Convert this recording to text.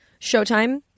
Showtime